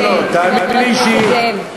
לא, חבר הכנסת זאב.